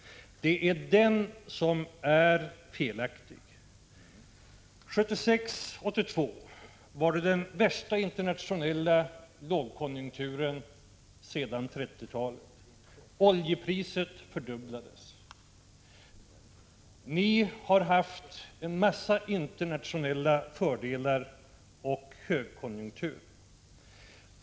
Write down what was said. Det är den som är felaktig. 1976—1982 var det den värsta internationella lågkonjunkturen sedan 30-talet. Oljepriset fördubblades. Ni har haft en massa internationella fördelar och högkonjunktur.